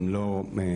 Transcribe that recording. אם לא כולו,